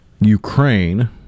Ukraine